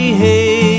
hey